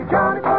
Johnny